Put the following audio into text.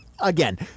Again